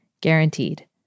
guaranteed